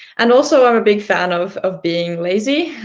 and also, i'm a big fan of of being lazy,